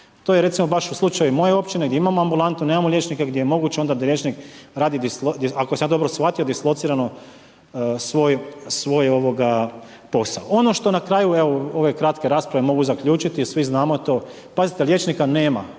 To je recimo baš u slučaju moje općine gdje imamo ambulantu, nemamo liječnika, gdje je moguće onda da liječnik radi, ako sam ja dobro shvatio dislocirano svoj posao. Ono što na kraju ove kratke rasprave mogu zaključiti, svi znamo to. Pazite, liječnika nema,